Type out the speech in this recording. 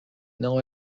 não